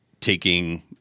taking